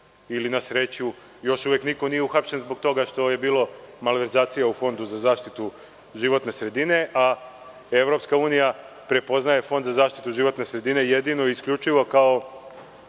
ili na sreću još uvek niko nije uhapšen zbog toga što je bilo malverzacija u Fondu za zaštitu životne sredine. Evropska unija prepoznaje Fond za zaštitu životne sredine jedino i isključivo kao